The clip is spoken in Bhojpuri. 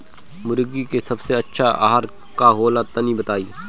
मुर्गी के सबसे अच्छा आहार का होला तनी बताई?